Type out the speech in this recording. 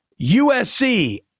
USC